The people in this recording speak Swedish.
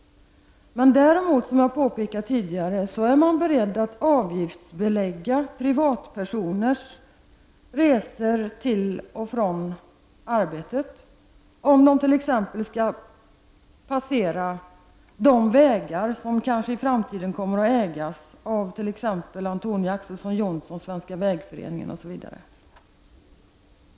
Däremot, som jag påpekade tidigare, är man beredd att avgiftsbelägga privatpersoners resor till och från arbetet, om dessa t.ex. skall passera de vägar som kanske i framtiden kommer att ägas av t.ex. Antonia Ax:son Johnson, Svenska vägföreningen osv.